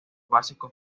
básicos